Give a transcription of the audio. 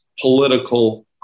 political